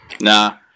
Nah